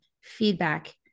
feedback